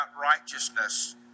righteousness